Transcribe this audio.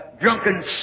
drunken